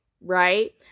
right